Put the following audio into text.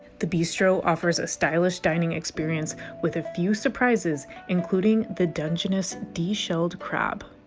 the bistro offers a stylish dining experience with a few surprises including the dungeness de-shelled crab